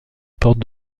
porte